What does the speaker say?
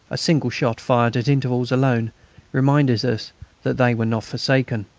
a single shot fired at intervals alone reminded us that they were not forsaken.